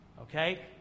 Okay